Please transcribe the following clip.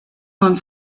hong